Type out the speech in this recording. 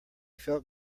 felt